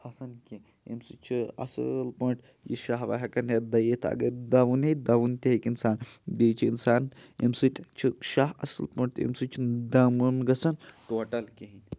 کھَسَن کینٛہہ امہِ سۭتۍ چھُ اَصٕل پٲٹھۍ یہِ شاہ واہ ہٮ۪کَان یا دٔیِتھ اگر دَونے دَوُن ہٮ۪کہِ اِنسان بیٚیہِ چھِ اِنسان امہِ سۭتۍ چھُ شاہ اَصٕل پٲٹھۍ تہٕ ایٚمہِ سۭتۍ چھُنہٕ دَم وَم گژھان ٹوٹَل کِہیٖنۍ